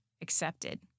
accepted